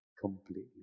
completely